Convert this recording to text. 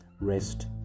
rest